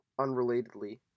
Unrelatedly